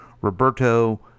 Roberto